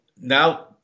now